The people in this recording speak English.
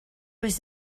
was